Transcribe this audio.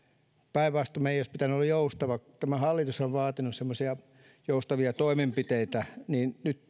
päinvastoin meidän olisi pitänyt olla joustavia tämä hallitushan on vaatinut joustavia toimenpiteitä ja nyt